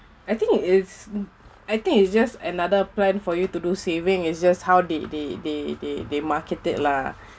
I think it's I think it's just another plan for you to do saving is just how they they they they they market it lah